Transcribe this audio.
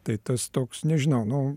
tai tas toks nežinau nu